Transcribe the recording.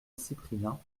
cyprien